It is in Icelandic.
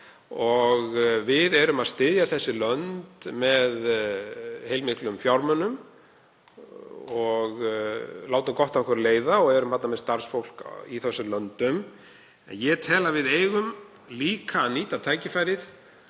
og við erum að styðja þessi lönd með heilmiklum fjármunum og láta gott af okkur leiða og erum með starfsfólk í þessum löndum. Ég tel að við eigum líka að nýta tækifærið